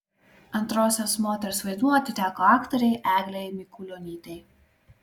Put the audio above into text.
antrosios moters vaidmuo atiteko aktorei eglei mikulionytei